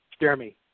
Jeremy